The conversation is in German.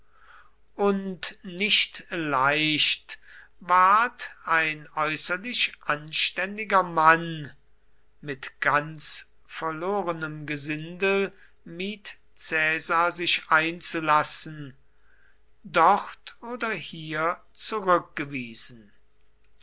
und nicht leicht ward ein äußerlich anständiger mann mit ganz verlorenem gesindel mied caesar sich einzulassen dort oder hier zurückgewiesen